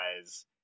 guys